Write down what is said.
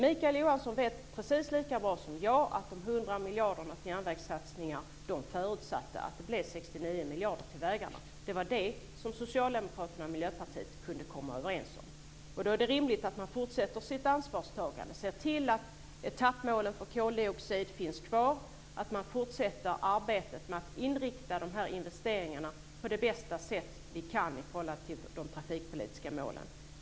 Mikael Johansson vet precis lika bra som jag att förutsättningen för de 100 miljarderna till järnvägssatsningar var att det blev 69 miljarder till vägarna. Det kunde Socialdemokraterna och Miljöpartiet komma överens om. Då är det rimligt att man fortsätter sitt ansvarstagande, ser till att etappmålen för koldioxidutsläpp finns kvar och fortsätter arbetet med att inrikta investeringarna på det bästa sätt vi kan i förhållande till de trafikpolitiska målen.